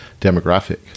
demographic